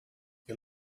you